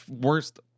worst